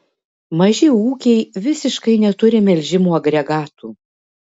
maži ūkiai visiškai neturi melžimo agregatų